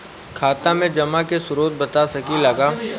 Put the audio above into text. खाता में जमा के स्रोत बता सकी ला का?